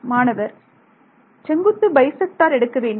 மாணவர் செங்குத்து pie sector எடுக்க வேண்டும்